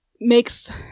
makes